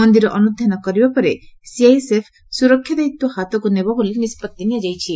ମନ୍ଦିର ଅନୁଧ୍ଧାନ କରିବା ପରେ ସିଆଇଏସ୍ଏଫ ସୁରକ୍ଷା ଦାୟିତ୍ୱ ହାତକୁ ନେବ ବୋଳି ନିଷ୍ବଭି ନିଆଯାଇଛି